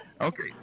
Okay